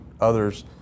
others